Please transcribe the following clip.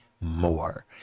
more